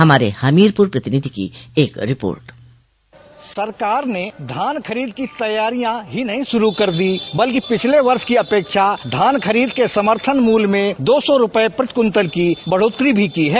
हमारे हमीरपुर प्रतिनिधि की एक रिपोर्ट सरकार ने धान खरीद की तैयारियां ही नहीं शुरू कर दी बल्कि पिछले वर्ष की अपेक्षा धान खरीद के समर्थन मूल्य में दो सौ रूपये प्रति कुन्टल की बढ़ोत्तरी भी की है